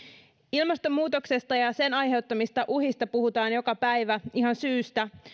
ilmastonmuutoksesta ja sen aiheuttamista uhista puhutaan joka päivä ihan syystä